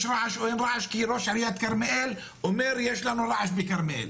רעש או אין רעש כי ראש עיריית כרמיאל מתלונן על רעש בכרמיאל.